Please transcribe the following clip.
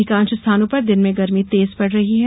अधिकांश स्थानों पर दिन में गरमी तेज पड़ रही है